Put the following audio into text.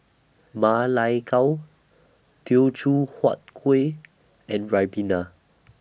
Ma Lai Gao Teochew Huat Kueh and Ribena